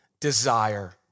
desire